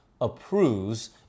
approves